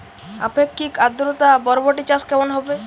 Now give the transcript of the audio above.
আপেক্ষিক আদ্রতা বরবটি চাষ কেমন হবে?